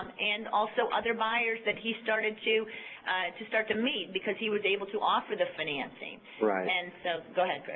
and also other buyers that he started to to start to meet because he was able to offer the financing. right. and so go ahead, chris.